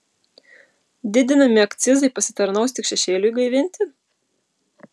didinami akcizai pasitarnaus tik šešėliui gaivinti